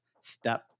step